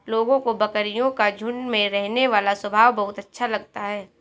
लोगों को बकरियों का झुंड में रहने वाला स्वभाव बहुत अच्छा लगता है